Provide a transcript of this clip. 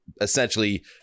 essentially